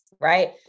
right